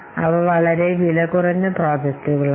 അവ വളരെ വിലകുറഞ്ഞ പ്രോജക്ടുകളാണ്